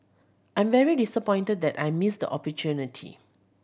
I'm very disappointed that I missed the opportunity